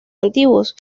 antiguos